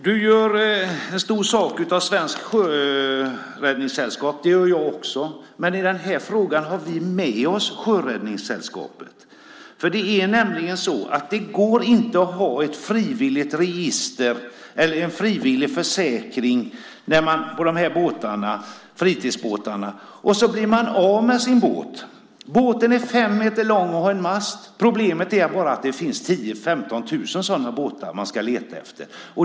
Du gör en stor sak av Svenska sjöräddningssällskapet, och det gör jag också. Men i den här frågan har vi med oss Sjöräddningssällskapet. Det går inte att ha en frivillig försäkring på fritidsbåtarna. Låt oss säga att man blir av med sin båt. Båten är 5 meter lång och har en mast. Problemet är bara att det finns 10 000-15 000 sådana båtar man ska leta efter.